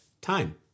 time